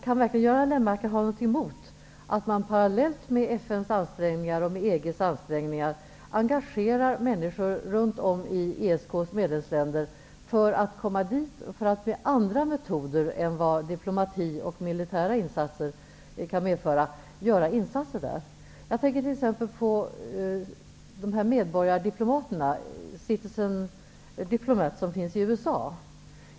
Kan verkligen Göran Lennmarker ha någonting emot att man parellellt med FN:s och EG:s ansträngningar engagerar människor runt om i ESK:s medlemsländer för att komma dit och med andra metoder än diplomati och militära insatser göra insatser där? Jag tänker t.ex. på medborgardiplomaterna, Citizen Diplomat, som finns i USA.